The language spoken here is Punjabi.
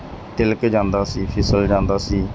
ਤਿਲਕ ਜਾਂਦਾ ਸੀ ਫਿਸਲ ਜਾਂਦਾ ਸੀ